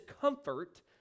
comfort